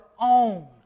own